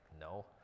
no